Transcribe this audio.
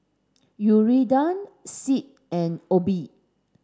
Yuridia Sid and Obie